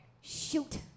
Shoot